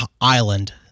island